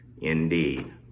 indeed